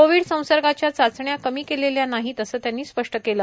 Covid संसर्गाच्या चाचण्या कमी केलेल्या नाहीत असं त्यांनी स्पष्ट केलं